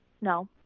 no